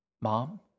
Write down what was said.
Mom